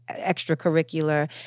extracurricular